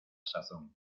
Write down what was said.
sazón